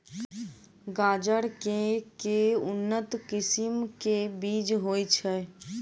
गाजर केँ के उन्नत किसिम केँ बीज होइ छैय?